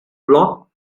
flock